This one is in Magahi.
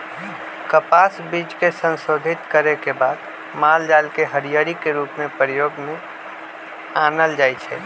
कपास बीज के संशोधित करे के बाद मालजाल के हरियरी के रूप में प्रयोग में आनल जाइ छइ